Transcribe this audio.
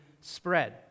spread